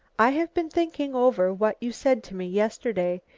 i have been thinking over what you said to me yesterday.